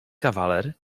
kawaler